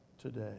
today